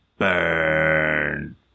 Burn